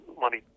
Money